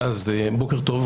בוקר טוב,